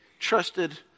trusted